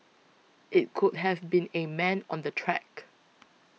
it could have been a man on the track